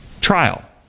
Trial